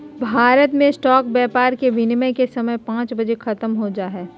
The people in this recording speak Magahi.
भारत मे स्टॉक व्यापार के विनियम के समय पांच बजे ख़त्म हो जा हय